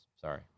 Sorry